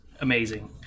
amazing